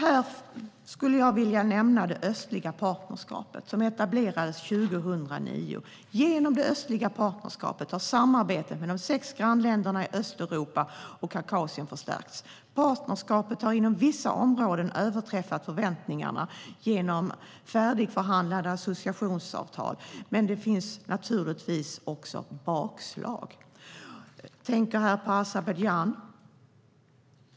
Jag skulle vilja nämna det östliga partnerskapet, som etablerades 2009. Genom det östliga partnerskapet har samarbetet med de sex grannländerna i Östeuropa och Kaukasien förstärkts. Partnerskapet har inom vissa områden överträffat förväntningarna genom färdigförhandlade associationsavtal. Det finns naturligtvis också bakslag. Jag tänker på Azerbajdzjan.